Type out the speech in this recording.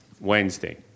Wednesday